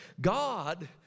God